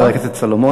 חבר הכנסת סולומון.